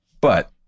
But-